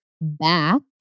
back